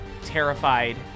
terrified